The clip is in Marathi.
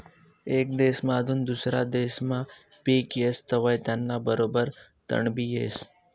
येक देसमाधून दुसरा देसमा पिक येस तवंय त्याना बरोबर तणबी येस